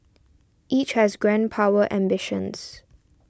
each has grand power ambitions